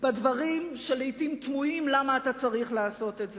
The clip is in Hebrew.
בדברים שלעתים תמוה למה אתה צריך לעשות את זה.